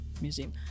museum